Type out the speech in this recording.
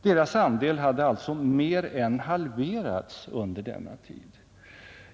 Deras andel hade alltså mer än halverats under denna tid.